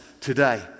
today